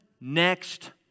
next